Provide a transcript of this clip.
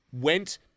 went